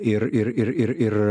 ir ir ir ir ir